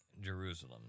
Jerusalem